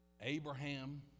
Abraham